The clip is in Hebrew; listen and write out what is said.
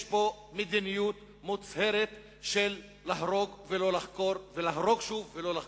יש פה מדיניות מוצהרת של להרוג ולא לחקור ולהרוג שוב ולא לחקור.